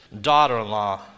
daughter-in-law